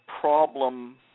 problem